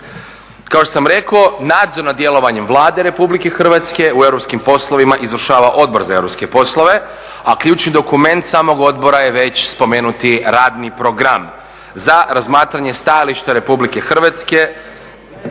Kao što sam rekao nadzor nad djelovanjem Vlade RH u europskim poslovima izvršava Odbor za europske poslove, a ključni dokument samog odbora je već spomenuti radni program za razmatranje stajališta RH koji je